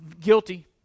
Guilty